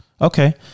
Okay